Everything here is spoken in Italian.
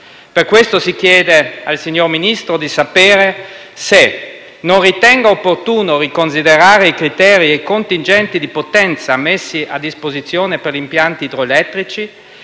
Per questo si chiede al signor Ministro di sapere se non ritenga opportuno riconsiderare i criteri e i contingenti di potenza messi a disposizione per gli impianti idroelettrici